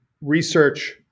research